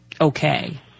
okay